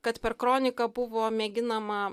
kad per kroniką buvo mėginama